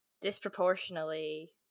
disproportionately